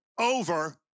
over